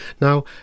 Now